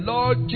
Lord